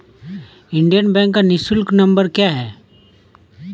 Indian bank का निःशुल्क number क्या है?